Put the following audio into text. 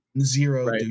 zero